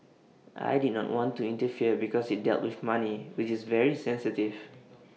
I did not want to interfere because IT dealt with money which is very sensitive